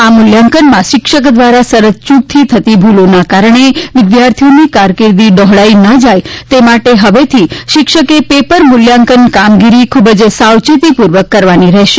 આ મુલ્યાંકનમાં શિક્ષક દ્વારા શરતચૂકથી થતી ભૂલોને કારણે વિદ્યાર્થીની કારકિર્દી ડહોળાઈ ન જાય તે માટે હવેથી શિક્ષકે પેપર મુલ્યાંકન કામગીરી ખુબ જ સાવચેતીપૂર્વક કરવાની રહેશે